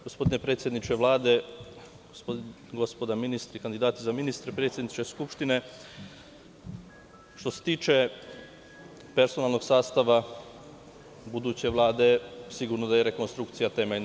Gospodine predsedniče Vlade, gospodo ministri, kandidati za ministre, predsedniče Skupštine, što se tiče personalnog sastava buduće Vlade, sigurno da je rekonstrukcija temeljna.